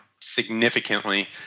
significantly